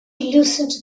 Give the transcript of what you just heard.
loosened